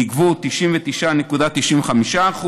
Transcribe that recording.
נגבו ב-99.95%.